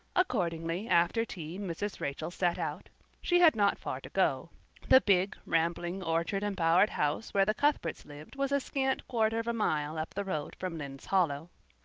accordingly after tea mrs. rachel set out she had not far to go the big, rambling, orchard-embowered house where the cuthberts lived was a scant quarter of a mile up the road from lynde's hollow.